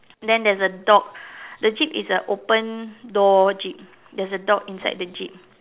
then there is a dog the jeep is a open door jeep there is a dog inside the jeep